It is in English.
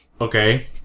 Okay